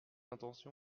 intention